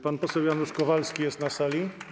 Pan poseł Janusz Kowalski jest na sali?